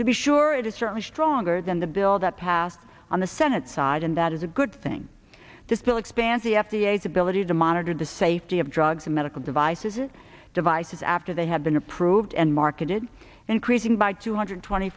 to be sure it is certainly stronger than the bill that passed on the senate side and that is a good thing to still expands the f d a is ability to monitor the safety of drugs and medical devices it devices after they have been approved and marketed increasing by two hundred twenty